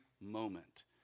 moment